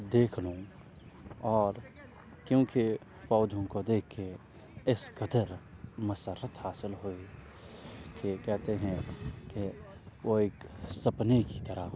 دیکھ لوں اور کیونکہ پودھوں کو دیکھ کے اس قدر مسرت حاصل ہوئی کہ کہتے ہیں کہ وہ ایک سپنے کی طرح